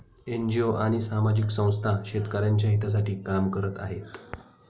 NGO आणि सामाजिक संस्था शेतकऱ्यांच्या हितासाठी काम करत आहेत